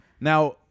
Now